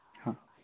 हाँ